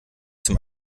dem